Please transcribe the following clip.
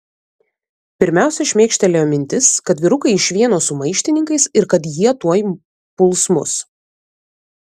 pirmiausia šmėkštelėjo mintis kad vyrukai iš vieno su maištininkais ir kad jie tuoj puls mus